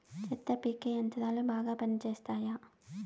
చెత్త పీకే యంత్రాలు బాగా పనిచేస్తాయా?